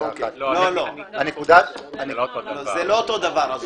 זה לא אותו דבר.